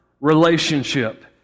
relationship